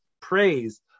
praise